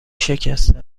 شکسته